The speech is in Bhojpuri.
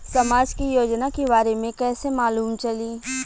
समाज के योजना के बारे में कैसे मालूम चली?